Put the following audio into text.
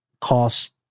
cost